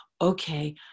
okay